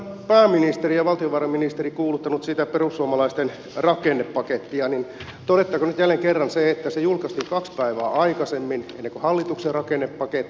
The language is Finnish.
mutta kun täällä ovat pääministeri ja valtiovarainministeri kuuluttaneet sitä perussuomalaisten rakennepakettia niin todettakoon nyt jälleen kerran se että se julkaistiin kaksi päivää aikaisemmin kuin hallituksen rakennepaketti